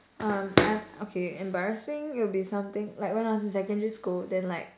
um okay embarrassing it would be something like when I was in secondary school then like